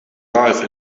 life